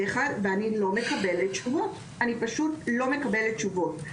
ואני לא מקבלת תשובות, אני פשוט לא מקבלת תשובות.